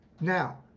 Now